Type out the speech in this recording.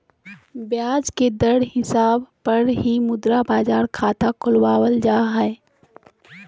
ब्याज दर के हिसाब पर ही मुद्रा बाजार खाता खुलवावल जा हय